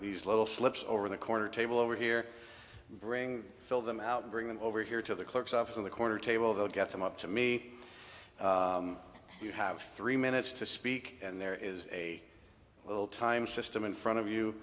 these little slips over the corner table over here bring fill them out bring them over here to the clerk's office on the corner table they'll get them up to me you have three minutes to speak and there is a little time system in front of you